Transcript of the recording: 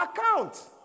account